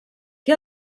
que